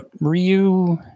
Ryu